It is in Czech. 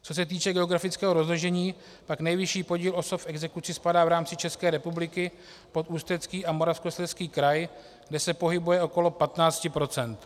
Co se týče geografického rozložení, pak nejvyšší podíl osob v exekuci spadá v rámci České republiky pod Ústecký a Moravskoslezský kraj, kde se pohybuje okolo 15 %.